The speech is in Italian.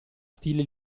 stile